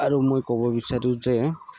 আৰু মই ক'ব বিচাৰোঁ যে